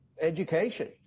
education